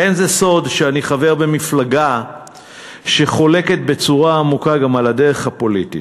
לא סוד שאני חבר במפלגה שחולקת בצורה עמוקה גם על הדרך הפוליטית.